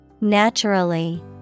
naturally